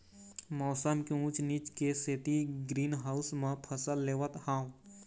मउसम के ऊँच नीच के सेती ग्रीन हाउस म फसल लेवत हँव